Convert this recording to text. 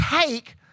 take